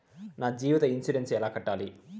నా జీవిత ఇన్సూరెన్సు ఎలా కట్టాలి?